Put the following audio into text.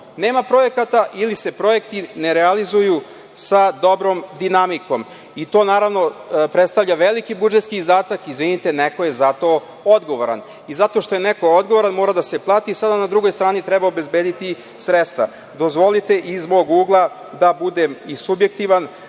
nema projekata ili se projekti ne realizuju sa dobrom dinamikom. To, naravno, predstavlja veliki budžetski izdatak. Izvinite, neko je za to odgovoran. Zato što je neko odgovoran, mora da se plati, sada na drugoj strani treba obezbediti sredstva. Dozvolite iz mog ugla, da budem i subjektivan,